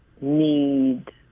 need